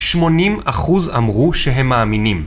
80% אמרו שהם מאמינים.